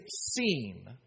seen